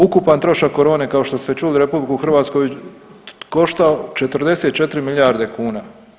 Ukupan trošak korone, kao što ste čuli, RH koštao 44 milijarde kuna.